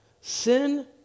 Sin